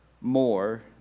more